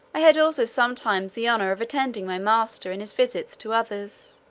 i had also sometimes the honour of attending my master in his visits to others.